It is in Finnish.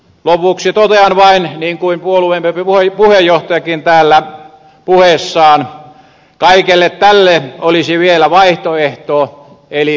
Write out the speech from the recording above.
lopuksi totean vain niin kuin puolueemme puheenjohtajakin täällä puheessaan että kaikelle tälle olisi vielä vaihtoehto eli piikki kiinni